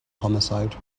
homicide